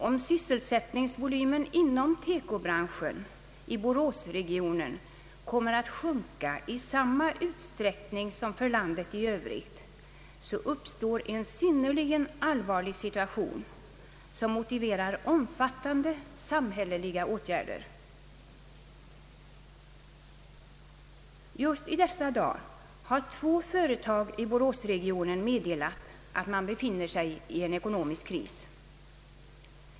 Om sysselsättningsvolymen inom Tekobranschen inom Boråsregionen kommer att sjunka i samma utsträckning som i landet i övrigt uppstår en synnerligen allvarlig situation som motiverar omfattande samhälleliga åtgärder. Just i dessa dagar har två företag i Boråsregionen meddelat att man befinner sig i en ekonomisk kris.